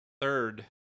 third